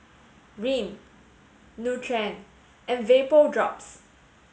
Rene Nutren and Vapodrops